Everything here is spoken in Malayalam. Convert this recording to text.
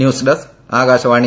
news desk Akashvani